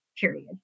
period